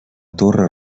torre